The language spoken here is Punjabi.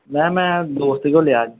ਮੈਮ ਮੈਂ ਦੋਸਤ ਤੋਂ ਲਿਆ